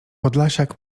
podlasiak